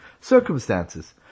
circumstances